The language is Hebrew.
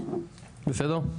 בסדר?